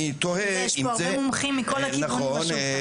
תראה, יש פה הרבה מומחים מכל הכיוונים בשולחן.